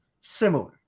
similar